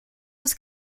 was